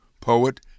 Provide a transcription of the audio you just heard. poet